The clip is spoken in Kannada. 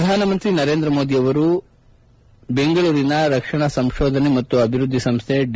ಪ್ರಧಾನಮಂತ್ರಿ ನರೇಂದ್ರ ಮೋದಿ ಅವರು ಬೆಂಗಳೂರಿನ ರಕ್ಷಣಾ ಸಂಶೋಧನೆ ಮತ್ತು ಅಭಿವೃದ್ದಿ ಸಂಶ್ವೆ ಡಿ